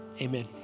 Amen